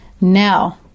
Now